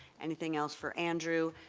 anything else for andrew,